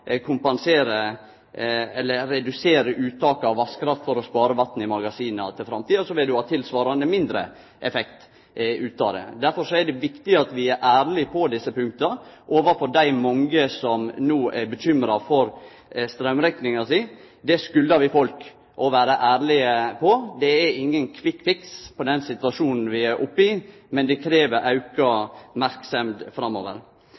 kompensere eller redusere uttaket av vasskraft for å spare vatnet i magasina for framtida, vil ein ha tilsvarande mindre effekt ut av det. Derfor er det viktig at vi er ærlege på desse punkta overfor dei mange som no er bekymra for straumrekninga si – det har folk krav på at vi er ærlege om. Det er ingen «quick fix» på den situasjonen vi er oppe i, men det krev auka merksemd framover.